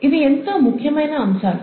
ఇవి ఎంతో ముఖ్యమైన అంశాలు